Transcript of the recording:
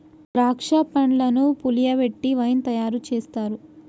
ద్రాక్ష పండ్లను పులియబెట్టి వైన్ తయారు చేస్తారు